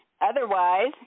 Otherwise